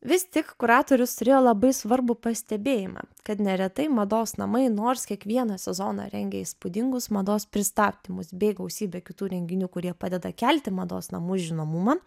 vis tik kuratorius turėjo labai svarbų pastebėjimą kad neretai mados namai nors kiekvieną sezoną rengia įspūdingus mados pristatymus bei gausybę kitų renginių kurie padeda kelti mados namų žinomumą